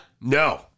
No